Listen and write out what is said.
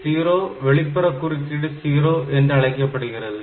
EX0 வெளிப்புற குறுக்கீடு 0 என்று அழைக்கப்படுகிறது